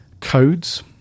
codes